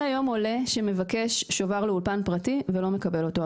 עולה שמבקש שובר לאולפן פרטי ולא מקבל אותו.